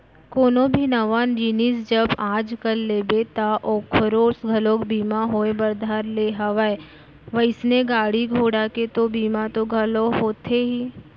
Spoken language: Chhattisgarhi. कोनो भी नवा जिनिस जब आज कल लेबे ता ओखरो घलोक बीमा होय बर धर ले हवय वइसने गाड़ी घोड़ा के तो बीमा तो घलौ होथे ही